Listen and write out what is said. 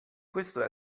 questo